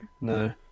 No